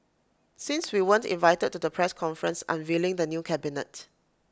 since we weren't invited to the press conference unveiling the new cabinet